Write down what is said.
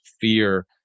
fear